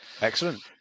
excellent